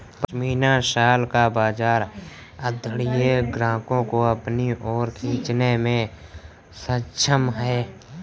pashmina shawl का बाजार धनाढ्य ग्राहकों को अपनी ओर खींचने में सक्षम है